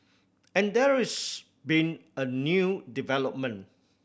and there is been a new development